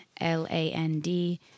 L-A-N-D